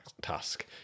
task